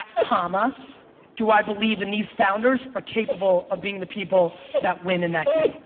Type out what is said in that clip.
ah um ah do i believe in these founders are capable of being the people that win in that game?